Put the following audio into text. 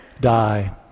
die